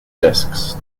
discs